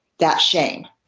that's shame.